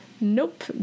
Nope